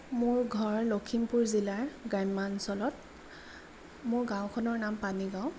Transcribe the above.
মোৰ ঘৰ লখিমপুৰ জিলাৰ গ্ৰাম্যাঞ্চলত মোৰ গাঁওখনৰ নাম পানীগাঁও